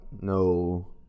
no